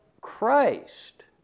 Christ